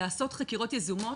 לעשות חקירות יזומות,